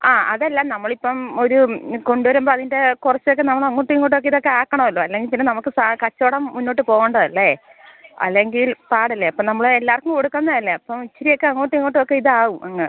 ആ അതല്ല നമ്മളിപ്പം ഒരു കൊണ്ടുവരുമ്പം അതിൻ്റെ കുറച്ചൊക്കെ നമ്മൾ അങ്ങോട്ടും ഇങ്ങോട്ടും ഒക്കെ ഇതൊക്കെ ആക്കണമല്ലൊ അല്ലെങ്കിൽ പിന്നെ നമുക്ക് സ കച്ചവടം മുന്നോട്ട് പോകേണ്ടതല്ലെ അല്ലെങ്കിൽ പാടല്ലേ അപ്പം നമ്മളെല്ലാവർക്കും കൊടുക്കുന്നത് അല്ലെ അപ്പോൾ ഇച്ചിരിയൊക്കെ അങ്ങോട്ടും ഇങ്ങോട്ടുമൊക്കെ ഇതാവും അങ്ങ്